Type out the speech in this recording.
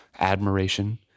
admiration